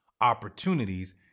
opportunities